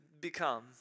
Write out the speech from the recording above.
become